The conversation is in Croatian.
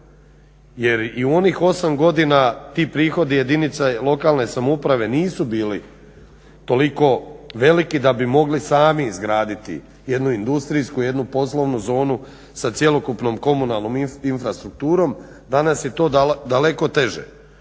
jer i u onih 8 godina ti prihodi jedinica lokalne samouprave nisu bili toliko veliki da bi mogli sami izgraditi jednu industrijsku i jednu poslovnu zonu sa cjelokupnom komunalnom infrastrukturom. Danas je to daleko teže.